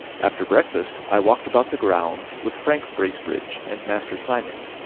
after breakfast i walked about the grounds with frank bracebridge and master simon,